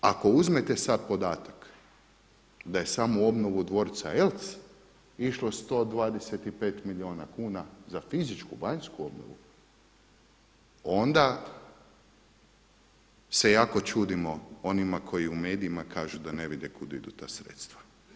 Ako uzmete sad podatak da je samo u obnovu dvorca Eltz išlo 125 milijuna kuna za fizičku, vanjsku obnovu onda se jako čudimo onima koji u medijima kažu da ne vide kud idu ta sredstva.